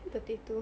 potato